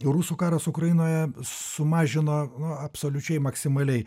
rusų karas ukrainoje sumažino nu absoliučiai maksimaliai